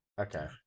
Okay